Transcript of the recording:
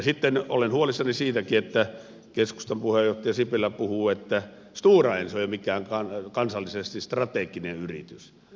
sitten olen huolissani siitäkin että keskustan puheenjohtaja sipilä puhuu että stora enso ei ole mikään kansallisesti strateginen yritys